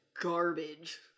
garbage